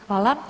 Hvala.